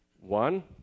One